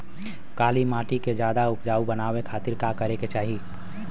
काली माटी के ज्यादा उपजाऊ बनावे खातिर का करे के चाही?